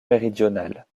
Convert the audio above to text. méridionale